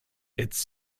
its